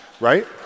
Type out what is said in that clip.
right